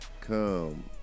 come